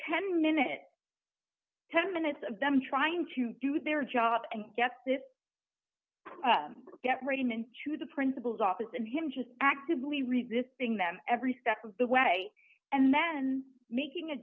ten minute ten minutes of them trying to do their job and get this get right into the principal's office and him just actively resisting them every step of the way and then making a